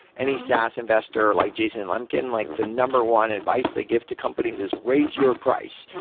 any saas investor, like jason lemkin, like the number one advice they give to companies is raise your price.